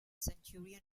centurion